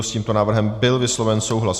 S tímto návrhem byl vysloven souhlas.